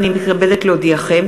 הנני מתכבדת להודיעכם,